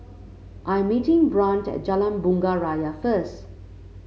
I am meeting Brant at Jalan Bunga Raya first